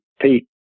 Pete